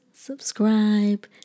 subscribe